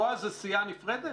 בועז זה סיעה נפרדת?